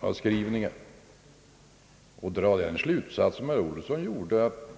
Resonerar man som herr Olsson gjorde, att